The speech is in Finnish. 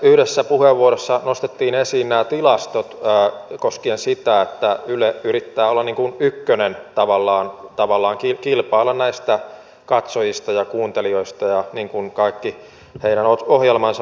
yhdessä puheenvuorossa nostettiin esiin nämä tilastot koskien sitä että yle yrittää olla ykkönen tavallaan kilpailla näistä katsojista ja kuuntelijoista kaikilla ohjelmillaan